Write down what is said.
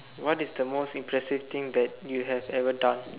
what is the most impressive thing that you have ever done